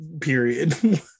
period